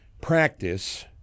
practice